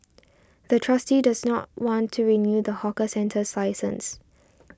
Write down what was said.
the trustee does not want to renew the hawker centre's license